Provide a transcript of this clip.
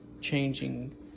changing